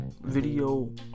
video